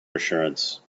assurance